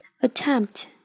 Attempt